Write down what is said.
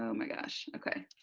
um my gosh okay,